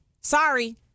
Sorry